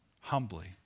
humbly